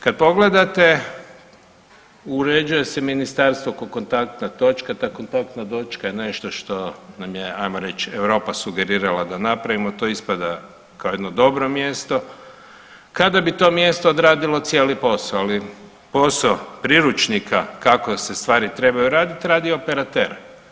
Kad pogledate uređuje se Ministarstvo kao kontaktna točka, ta kontaktna točka je nešto što nam je ajmo reći Europa sugerirala da napravimo, to ispada kao jedno dobro mjesto kada bi to mjesto odradilo cijelo posao, ali posao priručnika kako se stvari trebaju radit, radi operater.